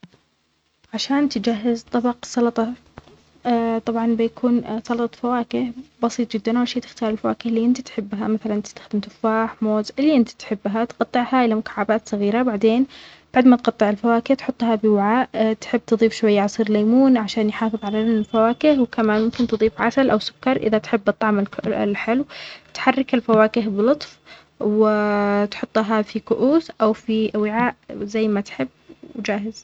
لتجهز طبق سلطة فواكه بسيط جدا ومشي تختار الفواكه إللي أنت تحبها مثلا تخفينه فواح موز إللي أنت تحبها تقطعها إلى مكعبات صغيرة بعدين بعد ما تقطع الفواكه تحطها بوعا تحب تظيف شوي عصير ليمون عشان يحافظ على الفواكه وكما تظيف عسل أو سكر إذا تحب الطعم الحلو تحرك الفواكه بالطف وتحطها في كؤوس أو في وعاء زي ما تحب وجاهز.